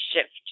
shift